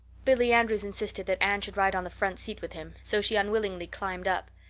billy andrews insisted that anne should ride on the front seat with him, so she unwillingly climbed up.